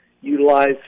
utilize